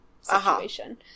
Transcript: situation